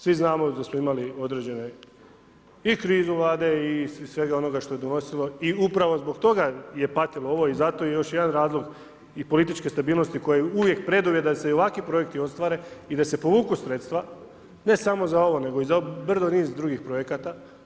Svi znamo da smo određene i krizu Vlade i svega ono što je donosilo i upravo zbog toga je patilo ovo i zato još jedan razlog i političke stabilnosti koja je uvijek preduvjet da se i ovakvi projekti ostvare i da se povuku sredstva ne samo za ovo, nego i niz drugih projekata.